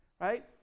right